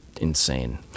insane